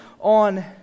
on